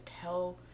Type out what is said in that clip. tell